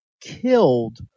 killed